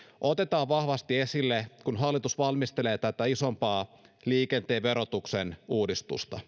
otetaan vahvasti esille kun hallitus valmistelee tätä isompaa liikenteen verotuksen uudistusta